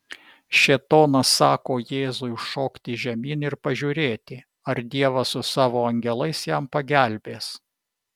šėtonas sako jėzui šokti žemyn ir pažiūrėti ar dievas su savo angelais jam pagelbės